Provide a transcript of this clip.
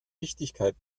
wichtigkeit